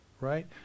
Right